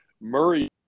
Murray